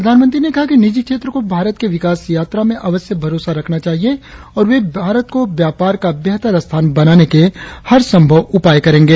प्रधानमंत्री ने कहा कि निजी क्षेत्र को भारत के विकास यात्रा में अवश्य भरोसा रखना चाहिए और वे भारत को व्यापार का बेहतर स्थान बनाने के हरसंभव उपाय करेंगे